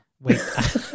Wait